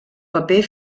paper